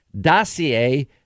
dossier